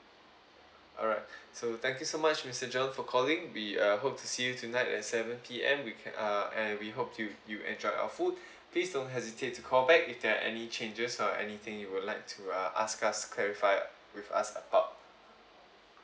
alright so thank you so much mister john for calling we uh hope to see you tonight at seven P_M we ca~ uh and we hope you you enjoy our food please don't hesitate to call back if there are any changes or anything you would like to uh ask us clarify with us about